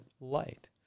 light